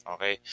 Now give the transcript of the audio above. Okay